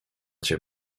cię